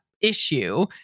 issue